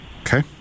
Okay